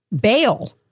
bail